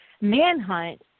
manhunt